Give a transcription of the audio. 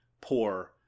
poor